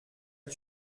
que